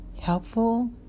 helpful